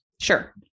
Sure